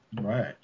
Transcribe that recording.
Right